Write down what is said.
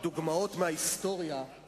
ודווקא מהבכירים